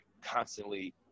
constantly